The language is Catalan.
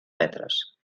metres